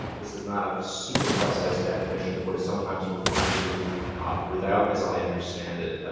this is not a super precise definition of what is sometimes referred to without, as i understand it,